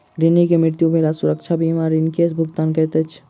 ऋणी के मृत्यु भेला सुरक्षा बीमा ऋण के भुगतान करैत अछि